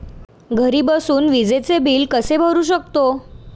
घरी बसून विजेचे बिल कसे भरू शकतो?